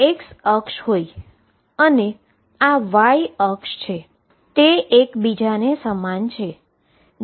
તો આ x અક્ષ હોય અને આ વાય અક્ષ છે તે એક બીજાને સમાન થશે